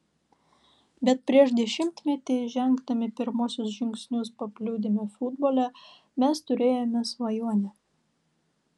bet prieš dešimtmetį žengdami pirmuosius žingsnius paplūdimio futbole mes turėjome svajonę